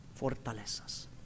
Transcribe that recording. fortalezas